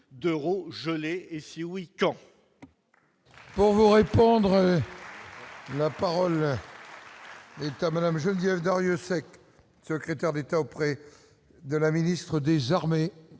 Pour vous répondre la parole. Quand Madame Geneviève Darrieussecq, secrétaire d'État auprès de la ministre des armées.